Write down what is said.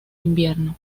invierno